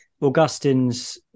Augustine's